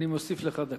אני מוסיף לך דקה.